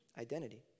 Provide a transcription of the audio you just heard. identity